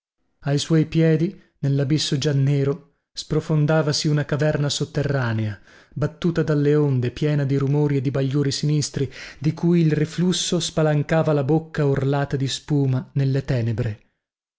ai suoi piedi nellabisso già nero sprofondavasi una caverna sotterranea battuta dalle onde piena di rumori e di bagliori sinistri di cui il riflusso spalancava la bocca orlata di spuma nelle tenebre